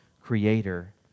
creator